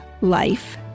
life